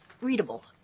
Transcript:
readable